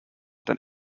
than